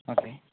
okay